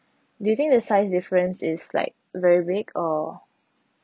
do you think the size difference is like very big or